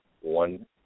one